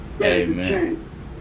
Amen